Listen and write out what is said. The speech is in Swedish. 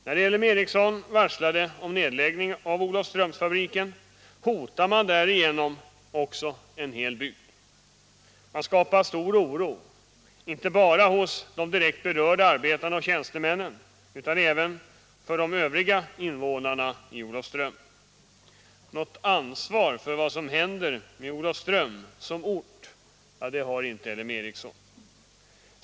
När L M Ericsson varslade om nedläggning av Olofströmsfabriken hotade man därigenom också en hel bygd. Man skapade stor oro inte bara hos de direkt berörda arbetarna och tjänstemännen utan även hos de övriga invånarna i Olofström. Något ansvar för vad som händer med Olofström som ort har inte LM Ericsson.